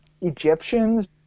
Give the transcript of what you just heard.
Egyptians